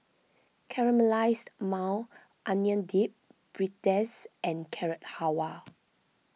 Caramelized Maui Onion Dip Pretzel and Carrot Halwa